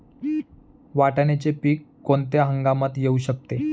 वाटाण्याचे पीक कोणत्या हंगामात येऊ शकते?